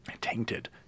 tainted